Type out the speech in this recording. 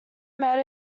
met